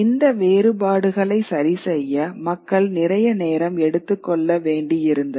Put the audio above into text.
இந்த வேறுபாடுகளை சரிசெய்ய மக்கள் நிறைய நேரம் எடுத்துக்கொள்ள வேண்டி இருந்தது